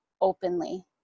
openly